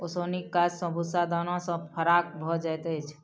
ओसौनीक काज सॅ भूस्सा दाना सॅ फराक भ जाइत अछि